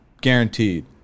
Guaranteed